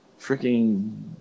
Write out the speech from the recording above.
freaking